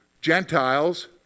Gentiles